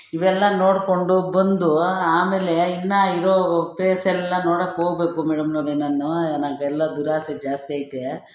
ಇವೆಲ್ಲ ನೋಡಿಕೊಂಡು ಬಂದು ಆಮೇಲೆ ಇನ್ನೂ ಇರೋ ಪ್ಲೇಸೆಲ್ಲ ನೋಡಕೋಗ್ಬೇಕು ಮೇಡಮ್ನವರೆ ನಾನು ನನಗೆಲ್ಲ ದುರಾಸೆ ಜಾಸ್ತಿ ಐತೆ